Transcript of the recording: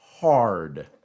hard